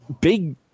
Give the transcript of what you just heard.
big